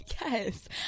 Yes